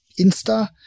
Insta